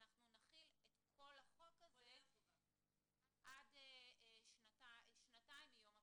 אנחנו נחיל את החוק הזה עד שנתיים מיום הפרסום,